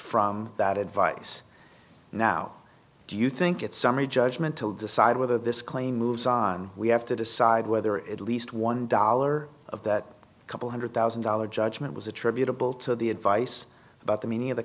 from that advice now do you think it's summary judgment to decide whether this claim moves on we have to decide whether it least one dollar of that couple one hundred thousand dollars judgment was attributable to the advice about the meaning of the